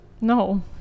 No